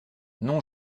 non